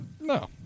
No